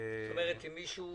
זאת אומרת, מישהו